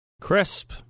Crisp